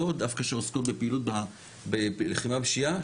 לא דווקא שעוסקות בלחימה בפשיעה,